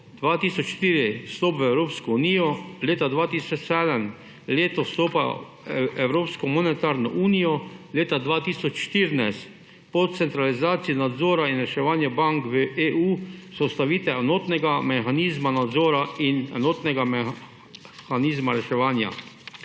2004 vstop v Evropsko unijo, leta 2007 vstop v Evropsko monetarno unijo, leta 2014 po centralizaciji nadzora in reševanja bank v EU vzpostavitev enotnega mehanizma nadzora in enotnega mehanizma reševanja.